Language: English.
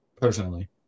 personally